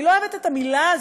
אני לא אוהבת את המילה הזאת,